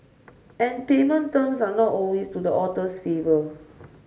and payment terms are not always to the author's favour